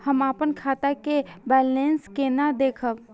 हम अपन खाता के बैलेंस केना देखब?